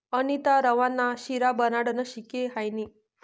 अनीता रवा ना शिरा बनाडानं शिकी हायनी